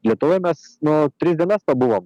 lietuvoj mes nu tris dienas pabuvom